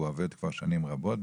הוא עובד כבר שנים רבות,